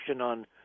on